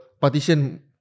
partition